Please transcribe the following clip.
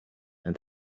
and